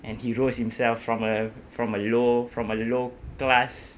and he rose himself from a from a low from a low class